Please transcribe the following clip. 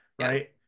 right